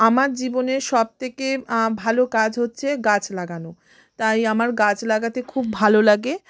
আমার জীবনে সবথেকে ভালো কাজ হচ্ছে গাছ লাগানো তাই আমার গাছ লাগাতে খুব ভালো লাগে